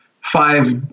five